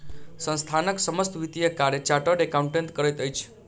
संस्थानक समस्त वित्तीय कार्य चार्टर्ड अकाउंटेंट करैत अछि